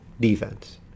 defense